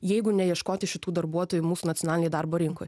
jeigu ne ieškoti šitų darbuotojų mūsų nacionalinėj darbo rinkoj